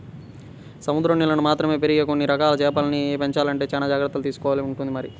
సముద్రం నీళ్ళల్లో మాత్రమే పెరిగే కొన్ని రకాల చేపల్ని పెంచాలంటే చానా జాగర్తలు తీసుకోవాల్సి ఉంటుంది మరి